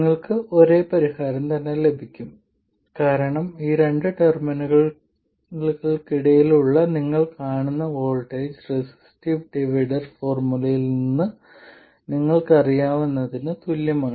നിങ്ങൾക്ക് ഒരേ പരിഹാരം തന്നെ ലഭിക്കും കാരണം ഈ രണ്ട് ടെർമിനലുകൾക്കിടയിൽ നിങ്ങൾ കാണുന്ന വോൾട്ടേജ് റെസിസ്റ്റീവ് ഡിവൈഡർ ഫോർമുലയിൽ നിന്ന് നിങ്ങൾക്കറിയാവുന്നതിന് തുല്യമാണ്